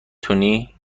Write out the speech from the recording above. تونی